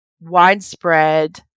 widespread